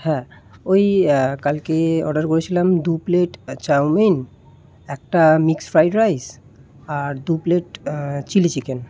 হ্যাঁ ওই কালকে অর্ডার করেছিলাম দু প্লেট চাউমিন একটা মিক্সড ফ্রায়েড রাইস আর দু প্লেট চিলি চিকেন